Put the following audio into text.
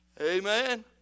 Amen